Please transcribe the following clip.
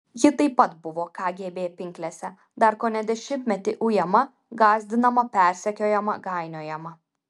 ji taip pat buvo kgb pinklėse dar kone dešimtmetį ujama gąsdinama persekiojama gainiojama